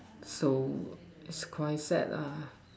so it's quite sad lah